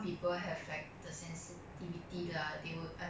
there are still like people who support the bad side of it